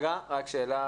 רגע, רק שאלה.